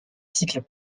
cycles